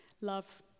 love